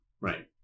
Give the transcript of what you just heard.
Right